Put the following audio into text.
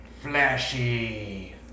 flashy